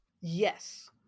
yes